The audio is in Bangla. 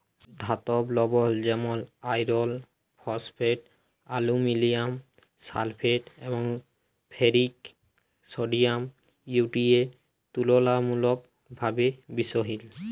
ধাতব লবল যেমল আয়রল ফসফেট, আলুমিলিয়াম সালফেট এবং ফেরিক সডিয়াম ইউ.টি.এ তুললামূলকভাবে বিশহিল